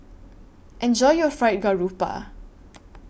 Enjoy your Fried Garoupa